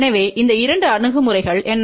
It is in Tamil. எனவே இந்த இரண்டு அணுகுமுறைகள் என்ன